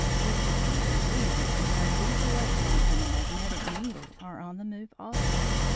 we succeed in doing this because these electrons in the magnetic needle are on the move also.